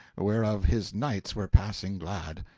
whereof his knights were passing glad.